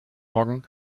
morgen